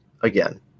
again